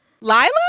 Lila